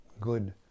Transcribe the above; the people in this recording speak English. good